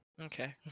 okay